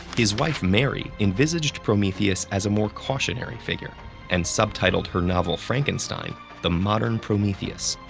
his wife mary envisaged prometheus as a more cautionary figure and subtitled her novel frankenstein the modern prometheus.